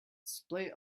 display